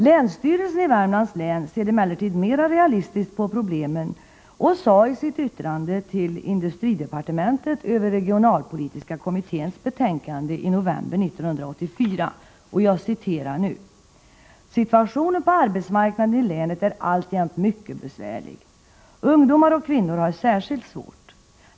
Länsstyrelsen i Värmlands län ser emellertid mer realistiskt på problemen och sade i sitt yttrande till industridepartementet över regionalpolitiska kommitténs betänkande i november 1984: ”Situationen på arbetsmarknaden i länet är alltjämt mycket besvärlig. Ungdomar och kvinnor har särskilt svårt.